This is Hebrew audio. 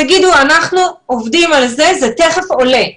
תגידו שאנחנו עובדים על זה ותכף זה עולה.